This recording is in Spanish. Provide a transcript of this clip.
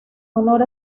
honor